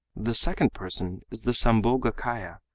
the second person is the sambhogakaya,